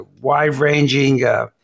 wide-ranging